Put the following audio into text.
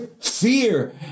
Fear